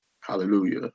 hallelujah